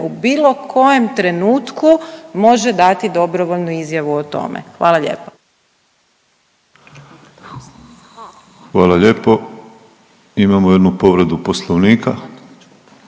u bilo kojem trenutku može dati dobrovoljnu izjavu o tome. Hvala lijepa. **Penava, Ivan (DP)** Hvala lijepo. Imamo jednu povredu Poslovnika,